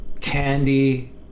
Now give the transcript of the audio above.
candy